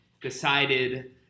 decided